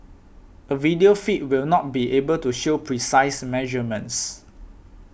a video feed will not be able to show precise measurements